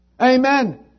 Amen